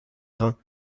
grains